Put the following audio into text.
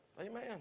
Amen